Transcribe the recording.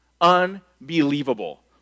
unbelievable